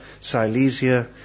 Silesia